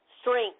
strength